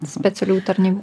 specialiųjų tarnybų